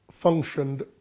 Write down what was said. functioned